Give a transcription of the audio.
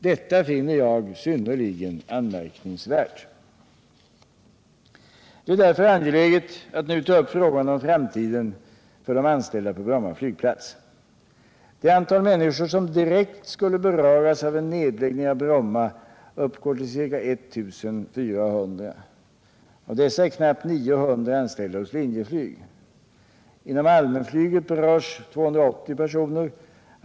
Detta finner jag synnerligen anmärkningsvärt. Det är därför angeläget att nu ta upp frågan om framtiden för de anställda på Bromma flygplats. Det antal människor som direkt skulle beröras av en nedläggning av Bromma uppgår till ca 1400. Av dessa är knappt 900 anställda vid Linjeflyg. Inom allmänflyget berörs 280 personer.